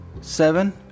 Seven